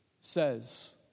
says